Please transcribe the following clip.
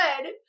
good